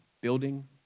building